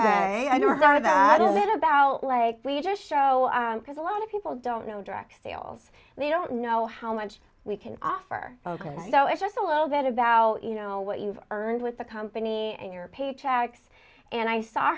that i never thought about that and then about like we just show up because a lot of people don't know direct sales they don't know how much we can offer bogan so it's just a little bit about you know what you've earned with the company and your paychecks and i saw